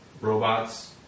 Robots